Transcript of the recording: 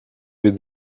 від